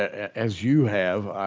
as you have,